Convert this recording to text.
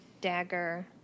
dagger